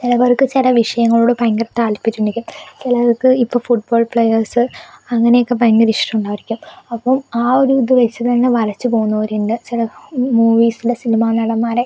ചിലവർക്ക് ചില വിഷയങ്ങളോട് ഭയങ്കര താത്പര്യം ഉണ്ടെങ്കിൽ ചിലവർക്ക് ഇപ്പോൾ ഫുട് ബോൾ പ്ലേയേഴ്സ് അങ്ങനെയൊക്കെ ഭയങ്കര ഇഷ്ടമുണ്ടായിരിക്കും അപ്പം ആ ഒരു ഇത് വെച്ച് തന്നെ വരച്ച് പോകുന്നവരുണ്ട് ചില മൂവിസിൽ സിനിമ നടന്മാരെ